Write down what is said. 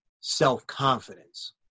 self-confidence